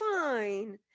fine